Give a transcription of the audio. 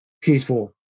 peaceful